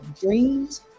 dreams